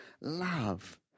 love